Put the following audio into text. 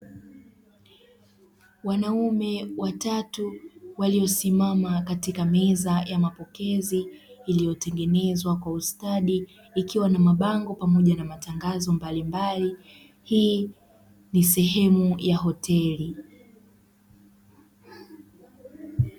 Wanaume watatu waliosimama katika meza ya mapokezi iliyotengenezwa kwa ustadi ikiwa na mabango pamoja na matangazo mbalimbali. Hii ikiwa ni sehemu ya hoteli.